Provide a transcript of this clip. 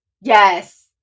Yes